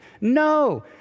No